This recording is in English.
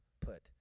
put